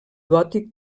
gòtic